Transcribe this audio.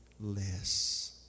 less